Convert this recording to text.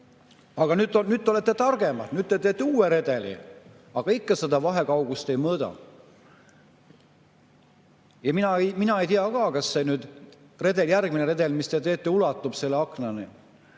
Aga nüüd te olete targemad, nüüd te teete uue redeli, aga ikka seda vahekaugust ei mõõda. Mina ei tea ka, kas nüüd järgmine redel, mis te teete, ulatub selle aknani.